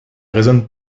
raisonne